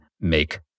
make